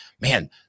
man